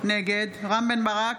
נגד רם בן ברק,